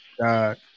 God